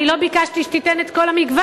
אני לא ביקשתי שתיתן את כל המגוון,